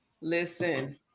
listen